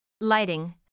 Lighting